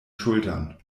schultern